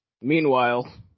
Meanwhile